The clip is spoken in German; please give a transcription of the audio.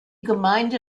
gemeinde